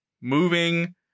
moving